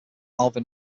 alvin